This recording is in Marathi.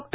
डॉ